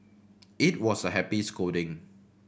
it was a happy scolding